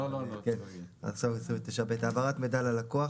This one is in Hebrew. עכשיו זה 29(ב) - "העברת מידע ללקוח"